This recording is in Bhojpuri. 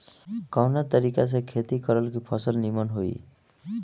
कवना तरीका से खेती करल की फसल नीमन होई?